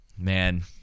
Man